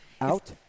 Out